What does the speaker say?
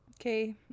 Okay